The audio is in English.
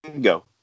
go